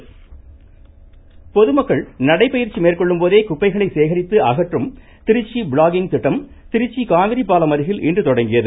இருவரி திருச்சி பொதுமக்கள் நடைபயிற்சி மேற்கொள்ளும் போதே குப்பைகளை சேகரித்து அகற்றும் திருச்சி பிளாகிங் திட்டம் திருச்சி காவிரி பாலம் அருகில் இன்று தொடங்கியது